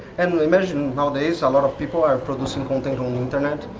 and imagine, nowadays a lot of people are producing content on the internet.